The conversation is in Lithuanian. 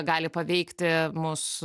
gali paveikti mus